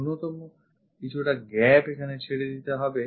ন্যূনতম কিছুটা gap এখানে ছেড়ে দিতে হবে